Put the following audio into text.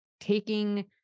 taking